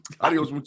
Adios